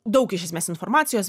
daug iš esmės informacijos